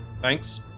thanks